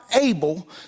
able